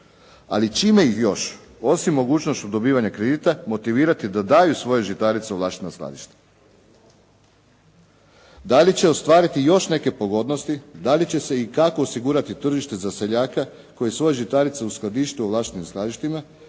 Ali čime ih još osim mogućnošću dobivanja kredita, motivirati da daju svoje žitarice u ovlaštena skladišta. Da li će ostvariti još neke pogodnosti? Da li će se i kako osigurati tržište za seljaka koji svoje žitarice uskladištuju u ovlaštenim skladištima